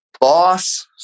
Boss